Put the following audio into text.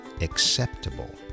acceptable